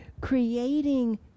creating